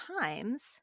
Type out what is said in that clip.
times